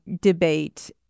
debate